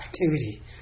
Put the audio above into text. activity